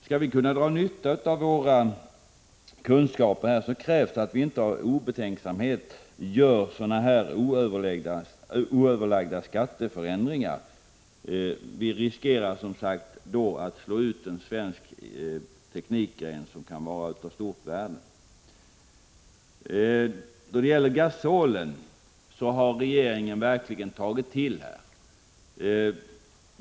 Om vi skall kunna dra nytta av våra kunskaper på detta område får vi inte helt obetänksamt göra sådana här oöverlagda skatteförändringar, för då riskerar vi — som sagt — att en svensk teknikgren som kan vara av stort värde slås ut. Regeringen har verkligen tagit till en rejäl höjning av skatten på gasol.